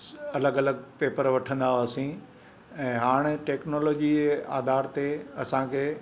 अलॻि अलॻि पेपर वठंदा हुआसीं ऐं हाणे टेक्नोलॉजीअ जे आधार ते असांखे